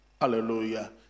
Hallelujah